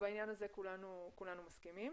בעניין הזה כולנו מסכימים.